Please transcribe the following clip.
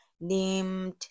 named